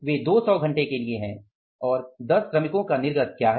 वे 200 घंटे के लिए हैं और 10 श्रमिकों का निर्गत क्या है